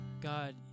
God